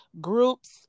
groups